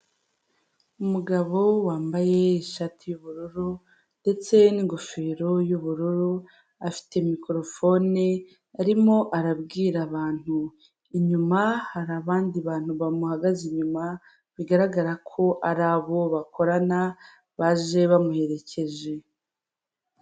Umugabo wambaye ishati y'ubururu ndetse n'ingofero y'ubururu afite mikorofone, arimo arabwira abantu, inyuma hari abandi bantu bamuhagaze inyuma bigaragara ko ari abo bakorana baje bamuherekeje.